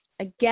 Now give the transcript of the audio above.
Again